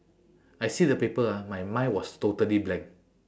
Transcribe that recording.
I see the paper ah my mind was totally blank